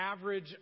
average